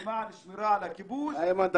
למען שמירה על הכיבוש --- איימן,